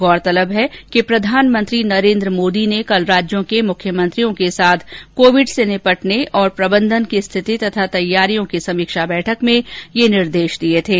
गौरतलब है कि प्रधानमंत्री नरेन्द्र मोदी ने कल राज्यों के मुख्यमंत्रियों के साथ कोविड से निपटने और प्रबंधन की स्थिति और तैयारियों की समीक्षा बैठक में यह निर्देश दिए थे